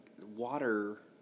Water